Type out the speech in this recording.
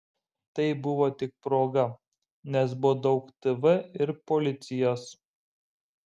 tai buvo tik proga nes buvo daug tv ir policijos